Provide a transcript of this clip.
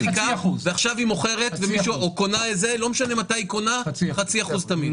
לא משנה מתי היא קונה, זה חצי אחוז תמיד?